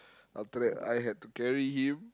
after that I had to carry him